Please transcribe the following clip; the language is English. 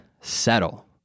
settle